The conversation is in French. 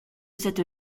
cette